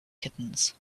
kittens